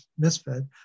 misfed